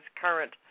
current